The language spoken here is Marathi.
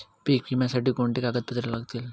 पीक विम्यासाठी कोणती कागदपत्रे लागतील?